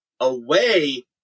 away